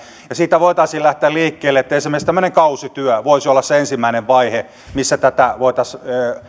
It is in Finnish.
siitä voitaisiin lähteä liikkeelle että esimerkiksi tämmöinen kausityö voisi olla se ensimmäinen vaihe missä tätä voitaisiin